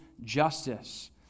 justice